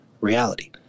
reality